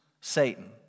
Satan